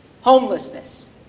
homelessness